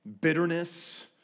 bitterness